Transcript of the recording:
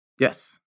Yes